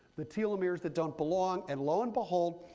the telemeres that don't belong. and lo and behold,